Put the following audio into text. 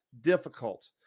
difficult